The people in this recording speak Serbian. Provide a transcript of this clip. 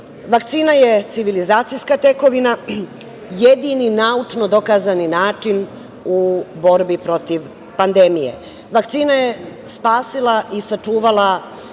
Vakcina je civilizacijska tekovina, jedini naučno dokazani način u borbi protiv pandemije. Vakcina je spasila i sačuvala